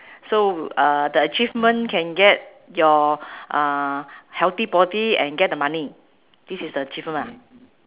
so uh the achievement can get your uh healthy body and get the money this is the achievement